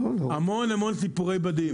המון המון סיפורי בדים.